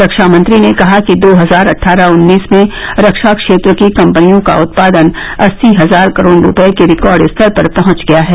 रक्षा मंत्री ने कहा कि दो हजार अट्ठारह उन्नीस में रक्षा क्षेत्र की कंपनियों का उत्पादन अस्सी हजार करोड़ रुपये के रिकॉर्ड स्तर पर पहुंच गया है